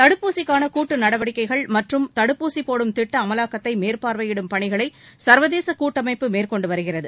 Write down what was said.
தடுப்பூசிக்கான கூட்டு நடவடிக்கைகள் மற்றம் தடுப்பூசி போடும் திட்ட அமவாக்கத்தை மேற்பார்வையிடும் பணிகளை சர்வதேச கூட்டமைப்பு மேற்கொண்டு வருகிறது